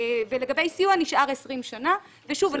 לגבי סיוע זה נשאר 20 שנה ושוב,